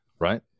Right